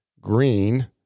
green